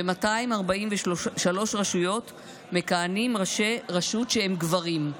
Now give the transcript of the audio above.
ב-243 רשויות מכהנים ראשי רשות שהם גברים,